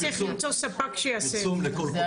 עכשיו צריך למצוא ספק שיעשה את זה.